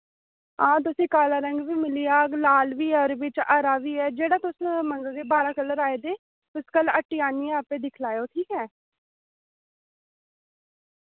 हां तुसें काला रंग बी मिली जाग लाल बी ऐ ओह्दे बिच हरा बी ऐ जेह्ड़ा तुस मंगगे बारां कलर आए दे तुस कल हट्टी आह्नियै आप्पे दिक्खी लैयो ठीक ऐ